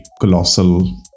colossal